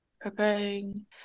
preparing